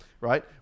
right